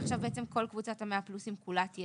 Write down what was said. עכשיו בעצם כל קבוצת ה-100 פלוסים תהיה